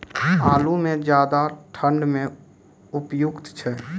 आलू म ज्यादा ठंड म उपयुक्त छै?